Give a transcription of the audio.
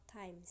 times